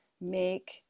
make